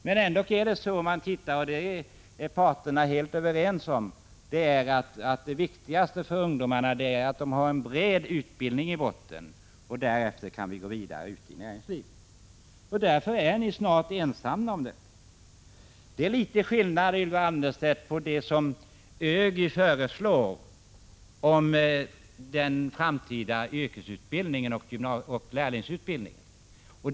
Men det är ändå så — och det är parterna överens om —- att det viktigaste för ungdomarna är att de har en bred utbildning i botten. Därefter kan de gå vidare ut i näringslivet. Därför är ni snart ensamma om er uppfattning. Det är litet skillnad, Ylva Annerstedt, på det ÖGY föreslår i fråga om den framtida yrkesutbildningen och lärlingsutbildningen.